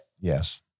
Yes